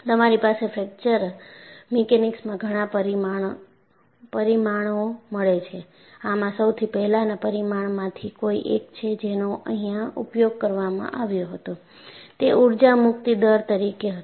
તમારી પાસે ફ્રેક્ચર મિકેનિક્સમાં ઘણા પરિમાણઓ મળે છે આમાં સૌથી પહેલાના પરિમાણમાંથી કોઈ એક છે જેનો અહિયાં ઉપયોગ કરવામાં આવ્યો હતો તે ઊર્જા મુક્તિ દર તરીકે હતું